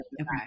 okay